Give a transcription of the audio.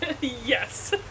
Yes